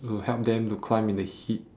to help them to climb in the heat